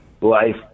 life